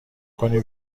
کنی